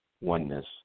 oneness